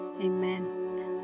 Amen